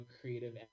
creative